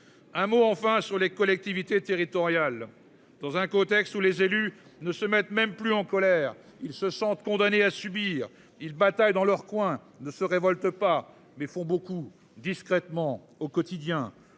Un mot enfin sur les collectivités territoriales. Dans un contexte où les élus ne se mettent même plus en colère, ils se sentent condamnés à subir il bataille dans leur coin ne se révolte pas, mais font beaucoup discrètement au quotidien.